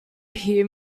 hear